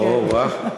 או-אה.